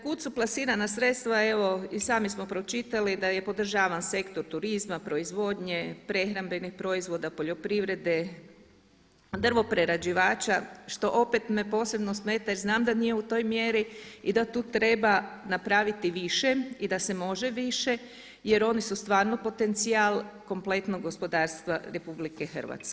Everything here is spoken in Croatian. Kud su plasirana sredstva, evo i sami smo pročitali da je podržavan sektor turizma, proizvodnje, prehrambenih proizvoda, poljoprivrede, drvoprerađivača što opet me posebno smeta jer znam da nije u toj mjeri i da tu treba napraviti više i da se može više jer oni su stvarno potencijal, kompletno gospodarstvo RH.